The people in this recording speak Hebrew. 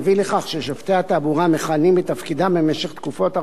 מביא לכך ששופטי התעבורה מכהנים בתפקידם תקופות ארוכות,